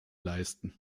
leisten